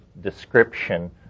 description